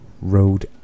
road